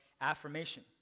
affirmation